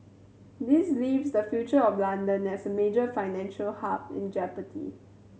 this leaves the future of London as a major financial hub in Jeopardy